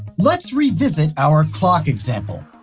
let's revisit our clock example.